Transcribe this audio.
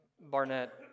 Barnett